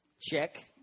check